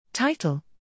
Title